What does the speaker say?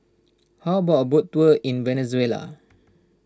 how about a boat tour in Venezuela